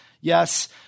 Yes